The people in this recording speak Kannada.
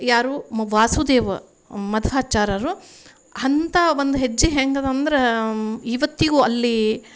ಯಾರು ಮ್ ವಾಸುದೇವ ಮಧ್ವಾಚಾರ್ಯರು ಅಂಥ ಒಂದು ಹೆಜ್ಜೆ ಹೆಂಗಿದೆ ಅಂದ್ರೆ ಇವತ್ತಿಗೂ ಅಲ್ಲಿ